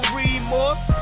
remorse